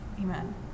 Amen